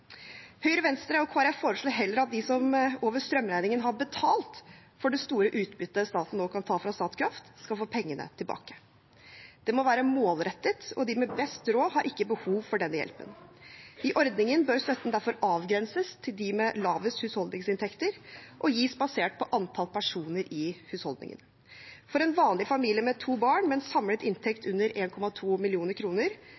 Høyre, Venstre og Kristelig Folkeparti foreslår heller at de som over strømregningen har betalt for det store utbyttet staten nå kan ta fra Statkraft, skal få pengene tilbake. Det må være målrettet, og de med best råd har ikke behov for denne hjelpen. I ordningen bør støtten derfor avgrenses til dem med lavest husholdningsinntekter og gis basert på antall personer i husholdningen. For en vanlig familie med to barn med en samlet